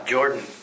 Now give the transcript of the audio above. Jordan